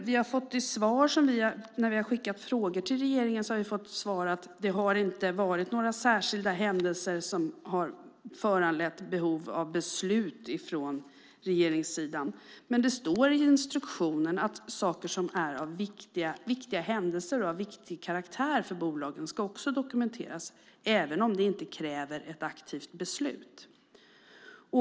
Vi har skickat frågor till regeringen och fått svaret att det inte har varit några särskilda händelser som har föranlett behov av beslut från regeringen. Men det står i instruktionen att händelser av viktig karaktär för bolagen också ska dokumenteras, även om det inte kräver ett aktivt beslut.